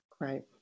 Right